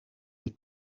des